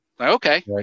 Okay